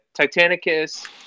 Titanicus